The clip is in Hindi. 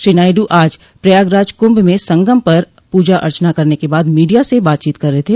श्री नायडू आज प्रयागराज कुंभ में संगम पर पूजा अर्चना करने के बाद मीडिया से बातचीत कर रहे थे